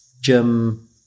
gym